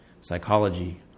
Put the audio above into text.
psychology